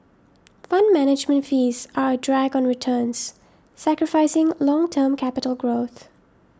fund management fees are a drag on returns sacrificing long term capital growth